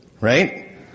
Right